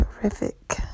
terrific